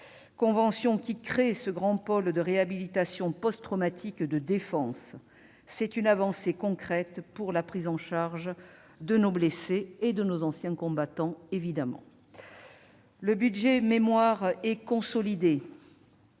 convention qui vise à créer ce grand pôle de réhabilitation post-traumatique de défense. C'est une avancée concrète pour la prise en charge des blessés et des anciens combattants. Le budget « mémoire » est consolidé